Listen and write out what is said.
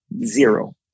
zero